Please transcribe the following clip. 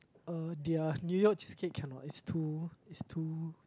uh their New-York cheesecake cannot it's too it's too